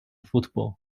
football